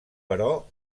però